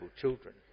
children